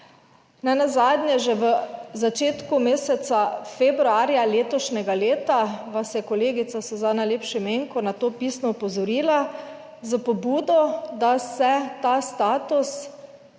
Nenazadnje, že v začetku meseca februarja letošnjega leta vas je kolegica Suzana Lep Šimenko na to pisno opozorila s pobudo, da se ta status